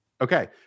Okay